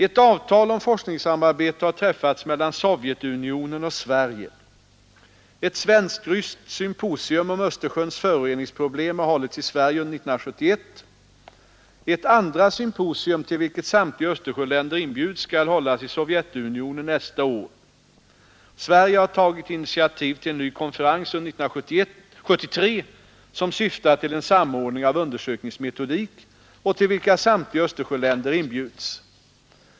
Ett avtal om forskningssamarbete har träffats mellan Sovjetunionen och Sverige. Ett svensk-ryskt symposium om Östersjöns föroreningsproblem har hållits i Sverige under 1971. Ett andra symposium, till vilket samtliga Östersjöländer inbjuds, skall hållas i Sovjetunionen nästa år. Sverige har tagit initiativ till en ny konferens under 1973 som syftar till samordning av undersökningsmetodik och till vilken samtliga Östersjöländer inbjuds.